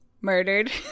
murdered